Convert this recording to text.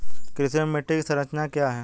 कृषि में मिट्टी की संरचना क्या है?